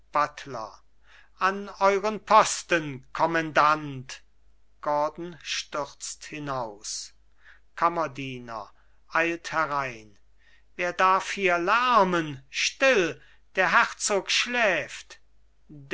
buttler an euren posten kommendant gordon stürzt hinaus kammerdiener eilt herein wer darf hier lärmen still der herzog schläft